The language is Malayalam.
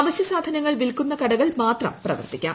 അവശൃ സാധനങ്ങൾ വിൽക്കുന്ന കടകൾക്ക് മാത്രം പ്രവർത്തിക്കാം